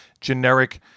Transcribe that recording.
generic